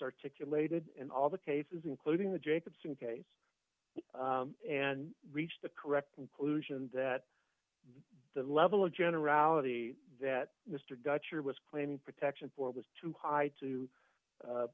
articulated in all the cases including the jacobsen case and reached the correct conclusion that the level of generality that mr dutcher was claiming protection for was too high to